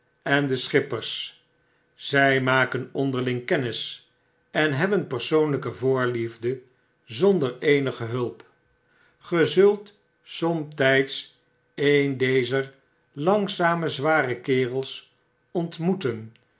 en de schippers zy maken onderling kennis en hebben persoonlyke voorliefde zonder eenige hulp ge zult somtyds een dezer langzame zwarekerels ontmoeten